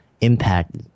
impact